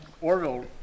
Orville